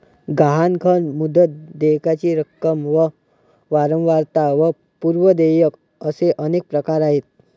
गहाणखत, मुदत, देयकाची रक्कम व वारंवारता व पूर्व देयक असे अनेक प्रकार आहेत